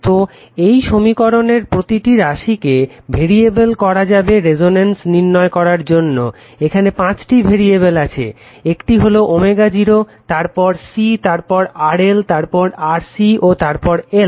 তো এই সমীকরণের প্রতিটি রাশিকে ভেরিয়েবেল করা যাবে রেজোন্যান্সে নির্ণয় করার জন্য এখানে পাঁচটি ভেরিয়েবেল আছে একটি হলো ω0 তারপর C তারপর RL তারপর RC ও তারপর L